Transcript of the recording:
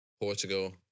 Portugal